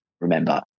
remember